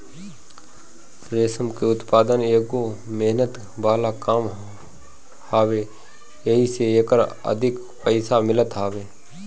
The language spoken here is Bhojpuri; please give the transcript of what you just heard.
रेशम के उत्पदान एगो मेहनत वाला काम हवे एही से एकर अधिक पईसा मिलत हवे